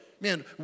Man